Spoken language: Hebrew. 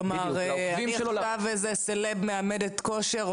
כלומר אני עכשיו איזה סלב מאמן כושר,